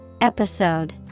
Episode